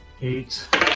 Eight